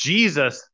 Jesus